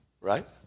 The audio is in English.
Right